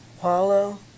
Paulo